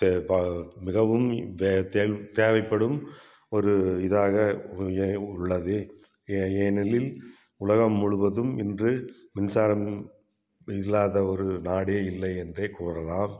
தே பா மிகவும் தே தேவைப்படும் ஒரு இதாக உள்ளது ஏ ஏனெனில் உலகம் முழுவதும் இன்று மின்சாரம் இல்லாத ஒரு நாடே இல்லை என்றே கூறலாம்